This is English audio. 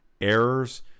errors